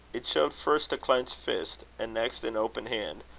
it showed first a clenched fist, and next an open hand,